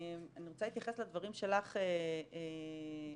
אני רוצה להתייחס לדברים שלך, עלמה,